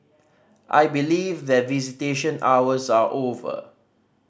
I believe that visitation hours are over